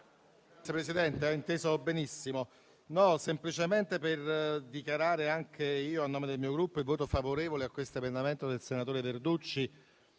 Signor Presidente, intervengo semplicemente per dichiarare anch'io, a nome del mio Gruppo, il voto favorevole a questo emendamento del senatore Verducci,